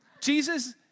Jesus